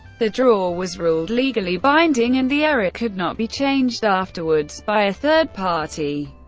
the draw was ruled legally binding, and the error could not be changed afterwards by a third party.